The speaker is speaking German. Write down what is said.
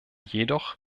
jedoch